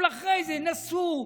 אבל אחרי זה נסעו